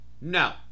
No